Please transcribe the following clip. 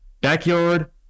Backyard